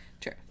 True